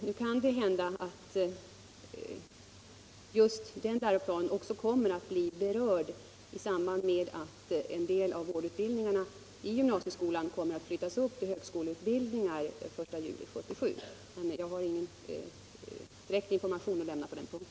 Nu kan det hända att just den läroplanen kommer att bli berörd i samband med att en del av vårdutbildningen i gymnasieskolan flyttas upp till högskoleutbildningar den 1 juli 1977. Men jag har ingen direkt information att lämna på den punkten.